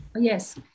Yes